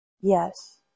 Yes